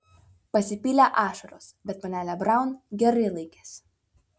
pasipylė ašaros bet panelė braun gerai laikėsi